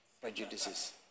prejudices